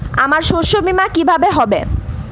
আমার শস্য বীমা কিভাবে হবে?